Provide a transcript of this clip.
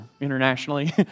internationally